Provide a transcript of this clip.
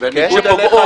שפוגעות -- בניגוד אליך,